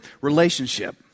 relationship